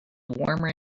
warmer